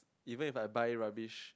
even if I buy rubbish